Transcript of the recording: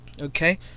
okay